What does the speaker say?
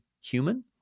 human